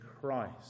Christ